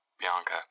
Bianca